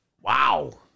Wow